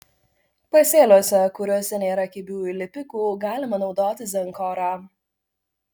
pasėliuose kuriuose nėra kibiųjų lipikų galima naudoti zenkorą